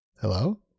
hello